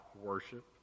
worship